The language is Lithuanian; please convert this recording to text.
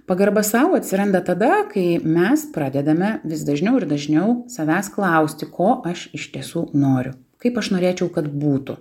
pagarba sau atsiranda tada kai mes pradedame vis dažniau ir dažniau savęs klausti ko aš iš tiesų noriu kaip aš norėčiau kad būtų